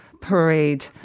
parade